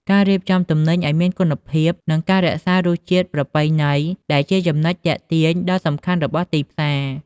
ការរៀបចំទំនិញឱ្យមានគុណភាព និងការរក្សារសជាតិប្រពៃណី ដែលជាចំណុចទាក់ទាញដ៏សំខាន់របស់ទីផ្សារ។